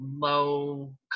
low